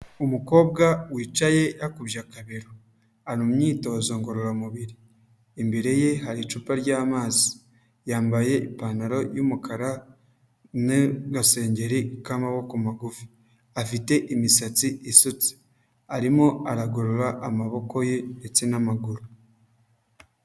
Umukobwa wicaye yakubye akabero, ari mu myitozo ngororamubir, imbere ye hari icupa ry'amazi, yambaye ipantaro y'umukara n'agasengeri k'amaboko magufi afite imisatsi isutse, arimo aragorora amaboko ye ndetse n'amaguru.